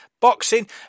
boxing